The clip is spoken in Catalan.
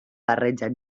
barreja